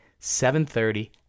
7.30